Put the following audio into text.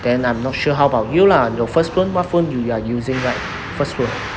then I'm not sure how about you lah your first phone what phone you are using right first phone